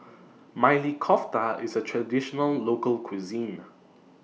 Maili Kofta IS A Traditional Local Cuisine